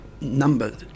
number